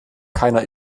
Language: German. keiner